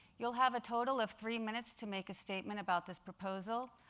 you'll have a total of three minutes to make a statement about this proposal.